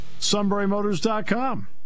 sunburymotors.com